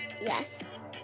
yes